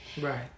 Right